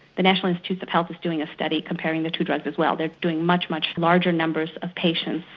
the national institute of health is doing a study comparing the two drugs as well, they're doing much, much larger numbers of patients,